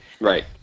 Right